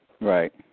Right